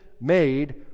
made